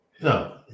No